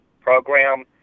program